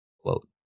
Quote